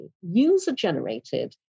user-generated